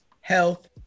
health